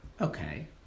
Okay